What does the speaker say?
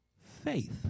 faith